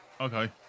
Okay